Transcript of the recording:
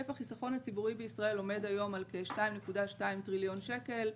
היקף החיסכון הציבורי בישראל עומד היום על כ-2.2 טריליון שקל.